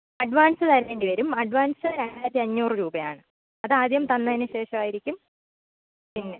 advance തരേണ്ടി വരും advance രണ്ടായിരത്തി അഞ്ഞൂറ് രൂപയാണ് അത് ആദ്യം തന്നതിന് ശേഷമായിരിക്കും പിന്നെ